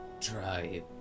try